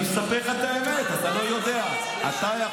זה לא נכון.